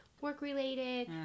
work-related